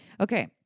Okay